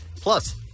Plus